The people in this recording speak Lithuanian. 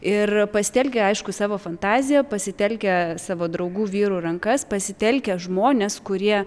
ir pastelkę aišku savo fantaziją pasitelkę savo draugų vyrų rankas pasitelkę žmones kurie